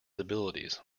abilities